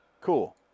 Cool